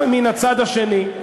גם מן הצד השני.